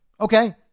Okay